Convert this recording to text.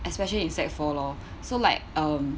especially in sec four lor so like um